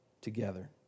together